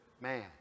man